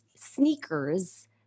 sneakers